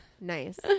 Nice